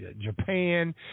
Japan